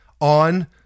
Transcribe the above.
on